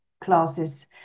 classes